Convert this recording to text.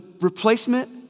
replacement